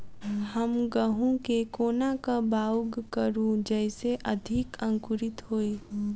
हम गहूम केँ कोना कऽ बाउग करू जयस अधिक अंकुरित होइ?